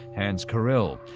hans korel.